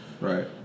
Right